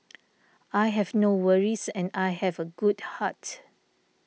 I have no worries and I have a good heart